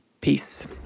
peace